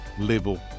level